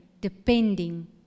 depending